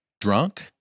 drunk